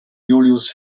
julius